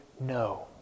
no